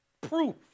proof